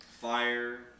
Fire